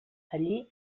allí